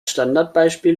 standardbeispiel